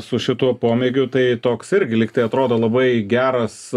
su šituo pomėgiu tai toks irgi lyg tai atrodo labai geras